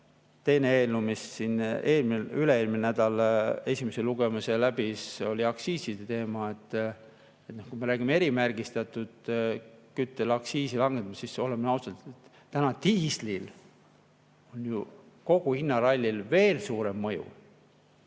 teine eelnõu, mis siin üle-eelmisel nädalal esimese lugemise läbis, oli aktsiiside teema. Kui me räägime erimärgistatud kütuse aktsiisi langetamisest, siis oleme ausad, diislil on ju kogu hinnarallil veel suurem mõju.